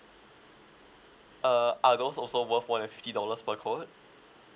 uh are those also worth one hundred fifty dollars per coat